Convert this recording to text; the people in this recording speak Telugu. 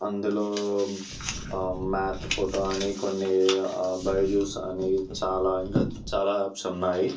అందులో మ్యాథ్ ఫోటో అని కొన్ని బైజూస్ అని చాలా చాలా యాప్స్ ఉన్నాయి